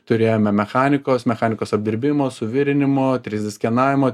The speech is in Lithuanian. turėjome mechanikos mechanikos apdirbimo suvirinimo trys d skenavimo